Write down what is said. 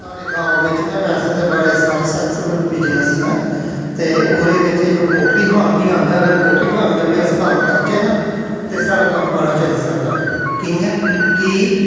साढ़े गांव बिच्च ना बैसे ते बड़े सारे सक्सैसफुल बिजनस न ते ओह्दे बिच्च इक पोल्टरी फार्म बी औंदा अगर अस पोल्टरी फार्म दा बी कम्म करचै ना ते साढ़ा कम्म बड़ा चली सकदा कि'यां कि